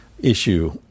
issue